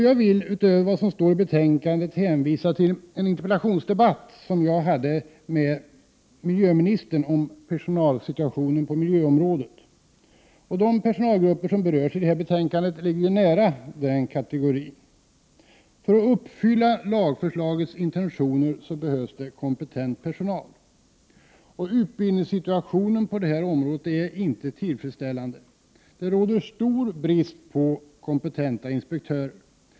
Jag vill utöver vad som står i betänkandet hänvisa till en interpellationsdebatt som jag hade med miljöministern om personalsituationen på miljöområdet. De personalgrupper som berörs i det här betänkandet ligger nära den kategorin. För att man skall kunna uppfylla lagförslagets intentioner behövs kompetent personal. Utbildningssituationen är inte tillfredsställande. Det råder stor brist på kompetenta inspektörer.